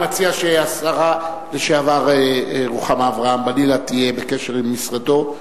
אני מציע שהשרה לשעבר רוחמה אברהם-בלילא תהיה בקשר עם משרדו.